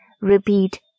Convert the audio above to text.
repeat